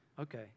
Okay